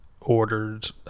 ordered